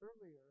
earlier